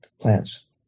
plants